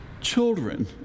children